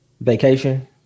vacation